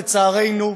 לצערנו,